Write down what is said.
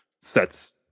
sets